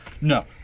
no